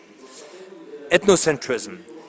ethnocentrism